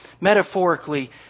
metaphorically